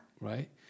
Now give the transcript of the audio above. Right